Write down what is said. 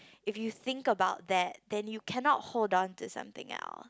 If you think about that then you cannot hold on to something else